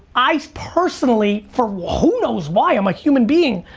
i personally, for who knows why, i'm a human being,